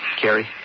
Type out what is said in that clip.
Carrie